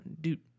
dude